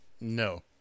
No